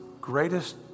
greatest